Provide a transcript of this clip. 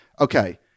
Okay